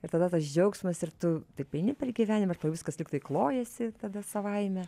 ir tada tas džiaugsmas ir tu taip eini per gyvenimą ir tau viskas klojasi tada savaime